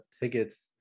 tickets